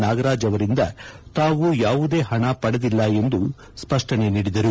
ನಾಗರಾಜ್ ಅವರಿಂದ ತಾವು ಯಾವುದೇ ಹಣ ಪಡೆದಿಲ್ಲ ಎಂದು ಸ್ಪಷ್ತನೆ ನೀಡಿದರು